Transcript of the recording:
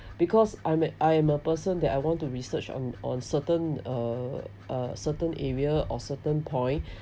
because I'm a I'm a person that I want to research on on certain uh a certain area or certain point